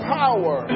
power